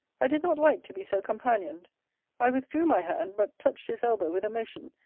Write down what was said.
i did not like to be so companioned i withdrew my hand, but touched his elbow with a motion,